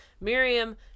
Miriam